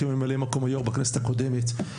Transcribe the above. כממלא מקום היו"ר בכנסת הקודמת.